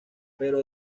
pero